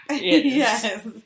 Yes